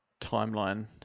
timeline